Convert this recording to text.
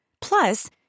Plus